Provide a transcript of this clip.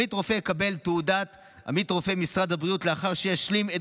עמית רופא יקבל תעודת עמית רופא ממשרד הבריאות לאחר שישלים את